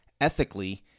ethically